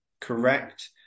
correct